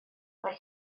mae